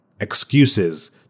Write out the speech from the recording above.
excuses